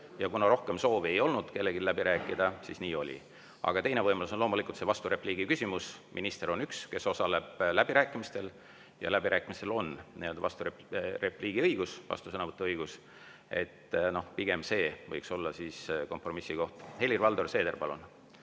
Ja kuna rohkem soovi läbi rääkida kellelgi ei olnud, siis nii oli. Aga teine küsimus on loomulikult see vasturepliigi võimalus. Minister on üks, kes osaleb läbirääkimistel, ja läbirääkimistel on vasturepliigi õigus, vastusõnavõtu õigus. Nii et pigem see võiks olla kompromissi koht. Helir-Valdor Seeder, palun!